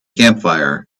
campfire